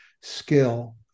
skill